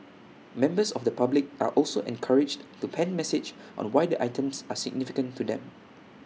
members of the public are also encouraged to pen messages on why the items are significant to them